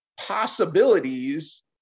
possibilities